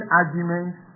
arguments